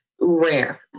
rare